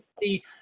see